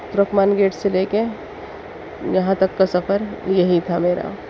Turkman gate سے لے کے یہاں تک کا سفر یہی تھا میرا